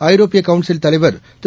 ஐரோப்பியகவுன்சில் தலைவர் திரு